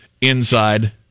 inside